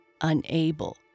unable